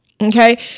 Okay